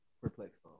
perplexed